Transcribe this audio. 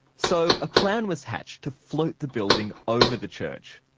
so a plan was hatched to float the building over the church.